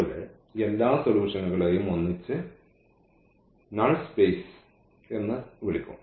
യുടെ എല്ലാ സൊലൂഷനുകളെയും ഒന്നിച്ച് നൾ സ്പേസ് എന്ന് വിളിക്കും